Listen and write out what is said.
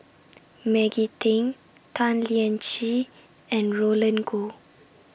Maggie Teng Tan Lian Chye and Roland Goh